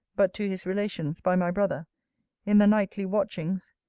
but to his relations, by my brother in the nightly watchings,